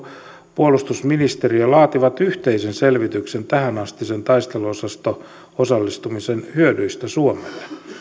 puolustusministeriö laativat yhteisen selvityksen tähänastisen taisteluosasto osallistumisen hyödyistä suomelle